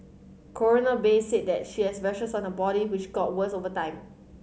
Coroner Bay said that she had rashes on her body which got worse over time